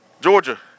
Georgia